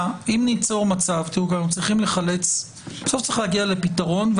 בסוף צריך להגיע לפתרון,